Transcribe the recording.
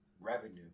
revenue